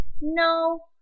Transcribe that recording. No